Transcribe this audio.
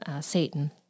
Satan